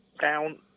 Down